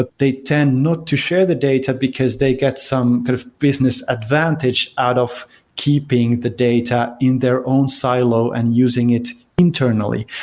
ah they tend not to share the data, because they get some kind of business advantage out of keeping the data in their own silo and using it internally.